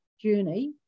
journey